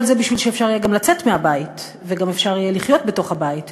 כל זה בשביל שאפשר יהיה גם לצאת מהבית וגם אפשר יהיה לחיות בתוך הבית.